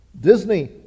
Disney